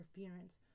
interference